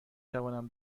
توانم